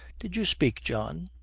did you speak, john?